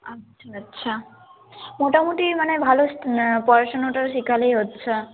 আচ্ছা আচ্ছা মোটামুটি মানে ভালো পড়াশোনাটা শেখালেই আচ্ছা